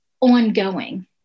ongoing